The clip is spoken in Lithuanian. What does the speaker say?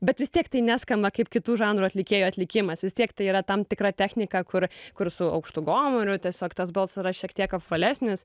bet vis tiek tai neskamba kaip kitų žanrų atlikėjų atlikimas vis tiek tai yra tam tikra technika kur kur su aukštu gomuriu tiesiog tas balsas yra šiek tiek apvalesnis